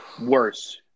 worse